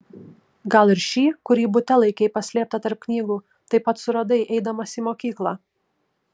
gal ir šį kurį bute laikei paslėptą tarp knygų taip pat suradai eidamas į mokyklą